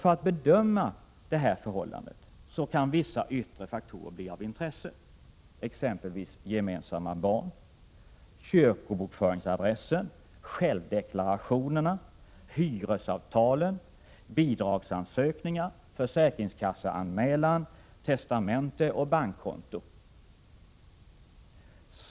För att bedöma detta förhållande kan vissa yttre faktorer bli av intresse, exempelvis gemensamma barn, kyrkobokföringsadress, självdeklaration, hyresavtal, bidragsansökningar, försäkringskasseanmälan, testamente och bankkonton.